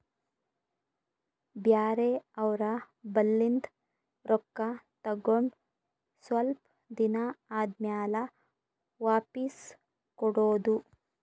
ಬ್ಯಾರೆ ಅವ್ರ ಬಲ್ಲಿಂದ್ ರೊಕ್ಕಾ ತಗೊಂಡ್ ಸ್ವಲ್ಪ್ ದಿನಾ ಆದಮ್ಯಾಲ ವಾಪಿಸ್ ಕೊಡೋದು